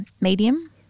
Medium